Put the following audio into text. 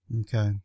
Okay